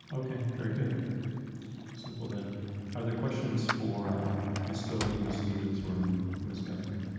okay, very good simple then are there questions for miss coby miss stevens or miss guthrie?